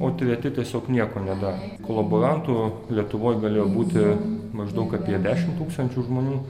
o treti tiesiog nieko nedarė kolaborantų lietuvoj galėjo būti maždaug apie dešim tūkstančių žmonių